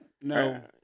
No